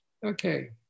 okay